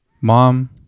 Mom